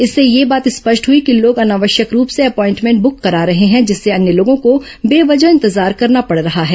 इससे यह बात स्पष्ट हुई कि लोग अनावश्यक रूप से अपॉइनमेंट ब्रक करा रहे हैं जिससे अन्य लोगों को बेवजह इंतजार करना पड़ रहा है